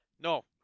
No